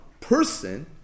person